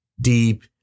deep